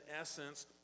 essence